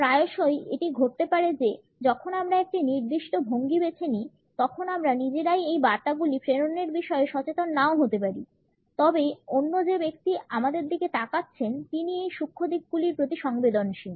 প্রায়শই এটি ঘটতে পারে যে যখন আমরা একটি নির্দিষ্ট ভঙ্গি বেছে নিই তখন আমরা নিজেরাই এই বার্তাগুলি প্রেরণের বিষয়ে সচেতন নাও হতে পারি তবে অন্য যে ব্যক্তি আমাদের দিকে তাকাচ্ছেন তিনি এই সূক্ষ্ম দিকগুলির প্রতি সংবেদশীল